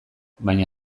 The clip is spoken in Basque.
baina